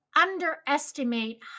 underestimate